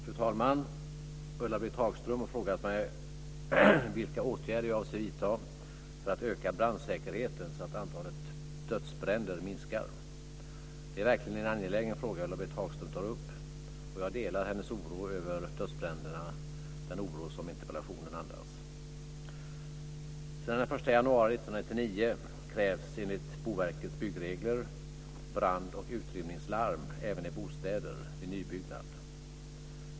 Fru talman! Ulla-Britt Hagström har frågat mig vilka åtgärder jag avser att vidta för att öka brandsäkerheten så att antalet dödsbränder minskar. Det är verkligen en angelägen fråga som Ulla Britt Hagström tar upp, och jag delar den oro över dödsbränderna som interpellationen andas. Sedan den 1 januari 1999 krävs, enligt Boverkets byggregler, brand och utrymningslarm även i bostäder vid nybyggnad.